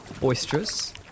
boisterous